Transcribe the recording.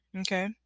okay